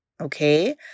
okay